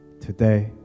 today